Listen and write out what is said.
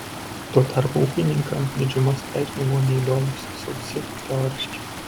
tuo tarpu ūkininkams didžiuma straipsnių buvo neįdomūs sausi teoriški